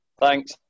thanks